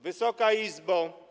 Wysoka Izbo!